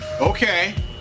Okay